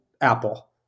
Apple